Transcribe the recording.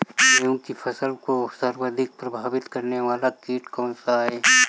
गेहूँ की फसल को सर्वाधिक प्रभावित करने वाला कीट कौनसा है?